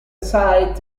site